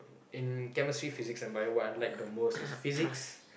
in chemistry physics and Bio what I like the most is physics